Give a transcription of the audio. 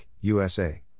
USA